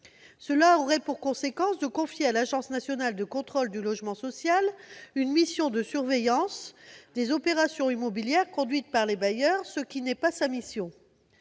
Cela aurait pour conséquence de confier à l'Agence nationale de contrôle du logement social, l'ANCOLS, une mission de surveillance des opérations immobilières conduites par les bailleurs, ce qui n'est pas dans